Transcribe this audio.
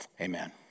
Amen